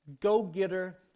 go-getter